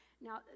Now